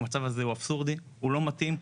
הוא אבסורדי והוא לא מתאים.